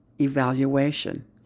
evaluation